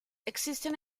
existen